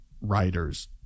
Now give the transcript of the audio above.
writers